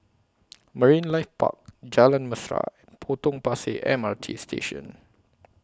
Marine Life Park Jalan Mesra and Potong Pasir M R T Station